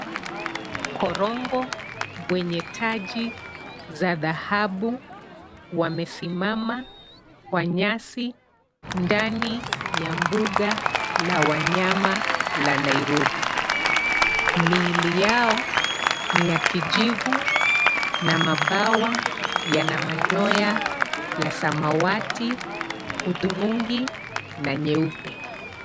Korongo wenye taji za dhahabu wamesimama kwa nyasi ndani ya mbuga la wanyama la Nairobi. Miili yao ni ya kijivu na mabawa yana manyoya ya samawati, hudhurungi na nyeupe.